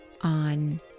on